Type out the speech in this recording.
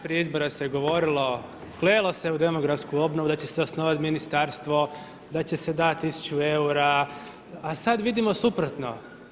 Prije izbora se govorilo, klelo se u demografsku obnovu da će se osnovati ministarstvo, da će se dati tisuću eura, a sada vidimo suprotno.